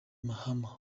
mahama